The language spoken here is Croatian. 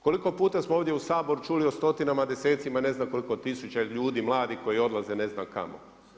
Koliko puta smo ovdje u Saboru čuli o stotinama, desecima i ne znam koliko tisuća ljudi mladih koji odlaze ne znam kamo?